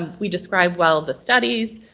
ah we describe well the studies,